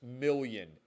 million